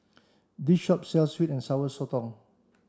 this shop sells sweet and sour sotong